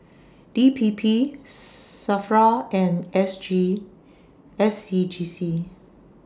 D P P SAFRA and S G S C G C